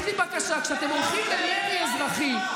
אבל יש לי בקשה: כשאתם הולכים למרי אזרחי,